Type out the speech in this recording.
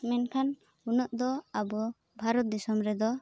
ᱢᱮᱱᱠᱷᱟᱱ ᱩᱱᱟᱹᱜ ᱫᱚ ᱟᱵᱚ ᱵᱷᱟᱨᱚᱛ ᱫᱤᱥᱚᱢ ᱨᱮᱫᱚ